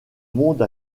monde